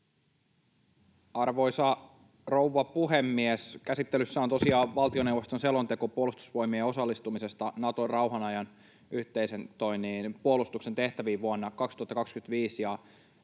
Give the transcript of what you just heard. Arvoisa rouva puhemies! Käsittelyssä on tosiaan valtioneuvoston selonteko Puolustusvoimien osallistumisesta Naton rauhan ajan yhteisen puolustuksen tehtäviin vuonna 2025,